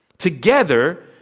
Together